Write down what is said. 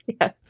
Yes